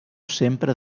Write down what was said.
sempre